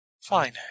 Fine